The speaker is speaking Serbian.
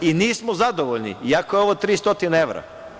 I nismo zadovoljni, iako je ovo 300 evra.